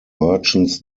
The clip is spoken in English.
merchants